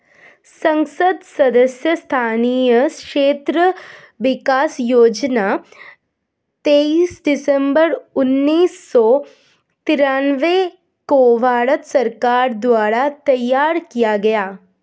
संसद सदस्य स्थानीय क्षेत्र विकास योजना तेईस दिसंबर उन्नीस सौ तिरान्बे को भारत सरकार द्वारा तैयार किया गया